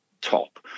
top